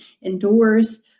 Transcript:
indoors